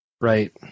Right